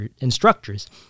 instructors